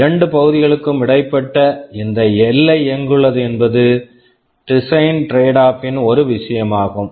இரண்டு பகுதிகளுக்கும் இடைப்பட்ட இந்த எல்லை எங்குள்ளது என்பது டிசைன் ட்ரேட்ஆப்பின் design tradeoff ன் ஒரு விஷயமாகும்